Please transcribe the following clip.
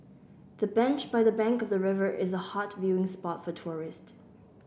the bench by the bank of the river is a hot viewing spot for tourists